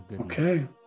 Okay